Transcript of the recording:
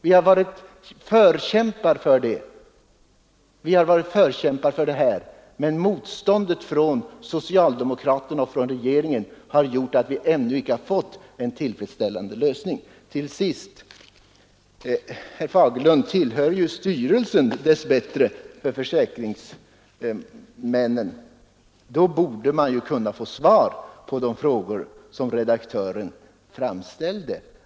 Vi har varit förkämpar också för en obligatorisk arbetslöshetsförsäkring, men motståndet från socialdemokraterna och regeringen har gjort att vi ännu inte fått till stånd en tillfredsställande lösning. borde herr Fagerlund kunna svara på de frågor som förbundets redaktör framställt.